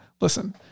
listen